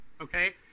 okay